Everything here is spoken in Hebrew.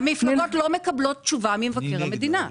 המפלגות לא מקבלות תשובה ממבקר המדינה.